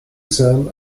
exam